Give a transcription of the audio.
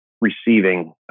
receiving